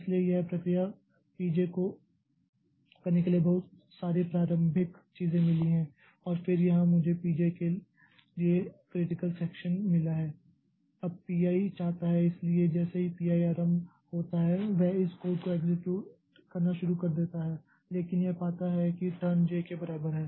इसलिए यह प्रक्रिया P j को करने के लिए बहुत सारी प्रारंभिक चीजें मिली हैं और फिर यहां मुझे P j के लिए क्रिटिकल सेक्षन मिला है अब P i चाहता है इसलिए जैसे ही P i आरंभ होता है वह इस कोड को एक्सेक्यूट करना शुरू कर देता है लेकिन यह पाता है कि टर्न j के बराबर है